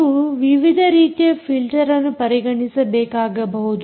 ನೀವು ವಿವಿಧ ರೀತಿಯ ಫಿಲ್ಟರ್ಅನ್ನು ಪರಿಗಣಿಸಬೇಕಾಗಬಹುದು